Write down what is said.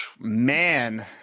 Man